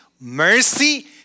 mercy